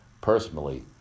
Personally